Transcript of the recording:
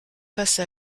face